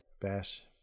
Bash